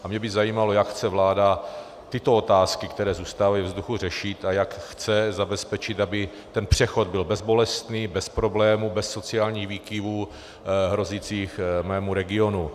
A mě by zajímalo, jak chce vláda tyto otázky, které zůstávají ve vzduchu, řešit a jak chce zabezpečit, aby ten přechod byl bezbolestný, bez problémů, bez sociálních výkyvů hrozících mému regionu.